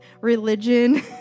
religion